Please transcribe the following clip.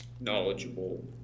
knowledgeable